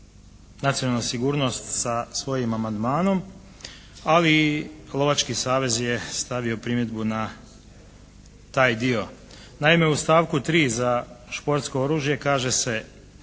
nacionalnu sigurnost sa svojim amandmanom, ali i lovački savez je stavio primjedbu na taj dio. Naime, u stavku 3. za športsko oružje kaže se